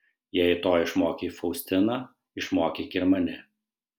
jei to išmokei faustiną išmokyk ir mane